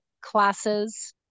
classes